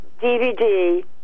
DVD